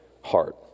heart